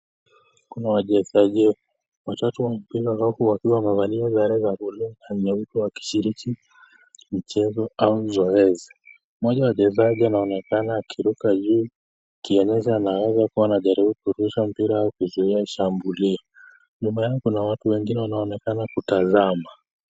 Kuna wachezaji watatu huku wakiwa wamevalia jezi nyeupe wakishiriki mchezo au zoezi. Mmoja Wa wachezaji ameonekana akiruka juu. Anaweza kuwa anajaribu kurusha mpira ama kuzuia shambulio. Nyuma yake kunaonekana watu wengene wanaonekana kutazama.